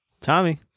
Tommy